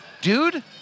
Dude